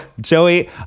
Joey